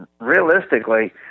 realistically –